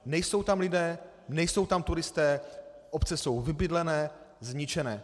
Nejsou tam lidé, nejsou tam turisté, obce jsou vybydlené, zničené.